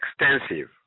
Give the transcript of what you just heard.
extensive